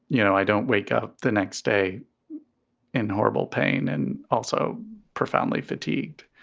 you know, i don't wake up the next day in horrible pain and also profoundly fatigued